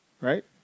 Right